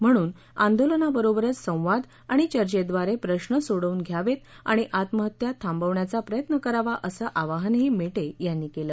म्हणून आंदोलनाबरोबरच संवाद आणि चर्चेव्वारे प्रश्न सोडवून घ्यावेत आणि आत्महत्या थांबवण्याचा प्रयत्न करावा असं आवाहनही मेटे यांनी केलं